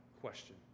question